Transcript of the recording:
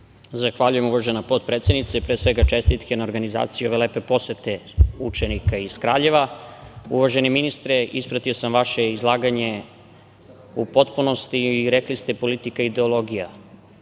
Zahvaljujem, uvažena potpredsednice. Pre svega čestitke na organizaciji ove lepe posete učenika, iz Kraljeva. Uvaženi ministre, ispratio sam vaše izlaganje u potpunosti i rekli ste politika i ideologija,